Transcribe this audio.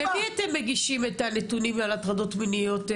למי אתם מגישים את הנתונים על הטרדות מיניות?